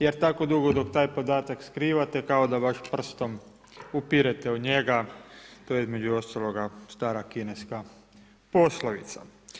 Jer tako dugo dok taj podatak skrivate kao da baš prstom upirete od njega, to je između ostaloga stara kineska poslovica.